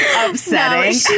upsetting